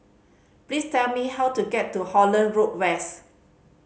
please tell me how to get to Holland Road West